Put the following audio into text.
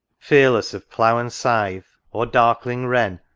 fearless of plough and scythe or darkling wren,